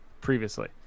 previously